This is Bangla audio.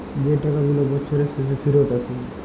যে টাকা গুলা বসরের শেষে ফিরত আসে